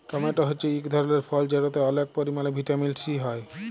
tomato হছে ইক ধরলের ফল যেটতে অলেক পরিমালে ভিটামিল সি হ্যয়